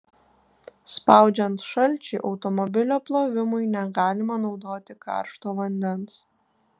spaudžiant šalčiui automobilio plovimui negalima naudoti karšto vandens